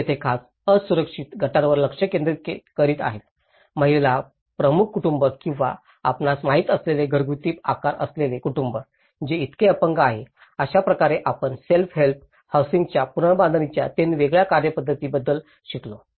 आणि येथे ते खास असुरक्षित गटांवर लक्ष केंद्रित करीत आहेत महिला प्रमुख कुटूंब किंवा आपणास माहित असलेले घरगुती आकार असलेले कुटुंब जे इतके अपंग आहे अशाप्रकारे आपण सेल्फ हेल्प हौसिंगच्या पुनर्बांधणीच्या तीन वेगवेगळ्या पद्धतींबद्दल शिकलो